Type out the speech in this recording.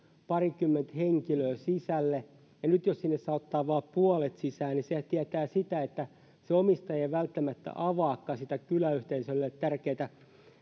parikymmentä henkilöä sisälle ja nyt jos sinne saa ottaa vain puolet sisään niin sehän tietää sitä että se omistaja ei välttämättä avaakaan sitä kyläyhteisölle tärkeätä